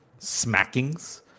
smackings